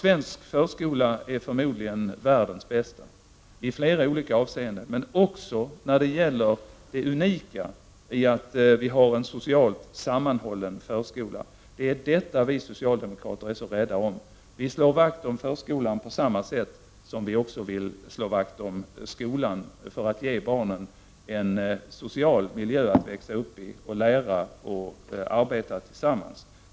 Svensk förskola är förmodligen världens bästa i flera olika avseenden, men också när det gäller det unika i att vi har en socialt sammanhållen förskola. Det är detta vi socialdemokrater är så rädda om. Vi slår vakt om förskolan på samma sätt som vi också vill slå vakt om skolan, dvs. för att ge barnen en social miljö att växa upp i och för att lära dem att arbeta tillsammans.